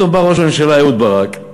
באו ראש הממשלה אהוד ברק,